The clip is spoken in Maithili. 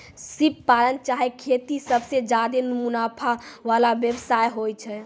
सिप पालन चाहे खेती सबसें ज्यादे मुनाफा वला व्यवसाय होय छै